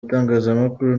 itangazamakuru